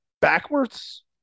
backwards